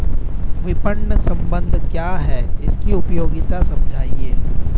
विपणन प्रबंधन क्या है इसकी उपयोगिता समझाइए?